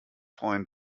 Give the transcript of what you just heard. freuen